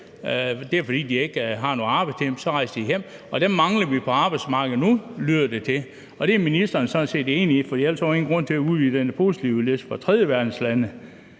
Det er, fordi de ikke har noget arbejde til dem, og så rejser de hjem. Og dem mangler vi på arbejdsmarkedet nu, lyder det til, og det er ministeren sådan set enig i, for ellers var der ikke nogen grund til at udvide den positivliste i forhold